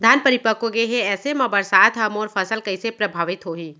धान परिपक्व गेहे ऐसे म बरसात ह मोर फसल कइसे प्रभावित होही?